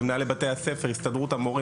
עם מנהלי בתי הספר ועם הסתדרות המורים,